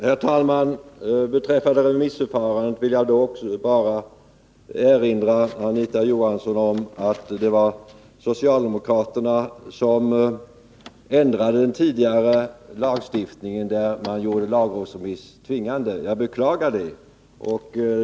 Herr talman! Beträffande remissförfarandet vill jag bara erinra Anita Johansson om att det var socialdemokraterna som ändrade den tidigare lagstiftningen, där man gjorde lagrådsremiss tvingande. Jag beklagar det.